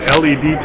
led